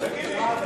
תגיד לי: אתה,